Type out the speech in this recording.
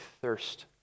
thirst